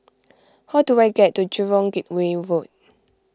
how do I get to Jurong Gateway Road